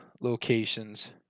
locations